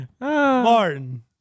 Martin